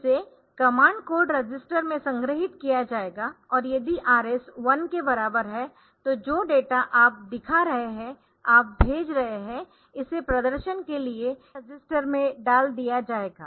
इसे command code register में संग्रहीत किया जाएगा और यदि RS 1 के बराबर है तो जो डेटा आप दिखा रहे है आप भेज रहे है इसे प्रदर्शन के लिए डेटा रजिस्टर में डाल दिया जाएगा